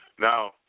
Now